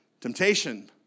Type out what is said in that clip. Temptation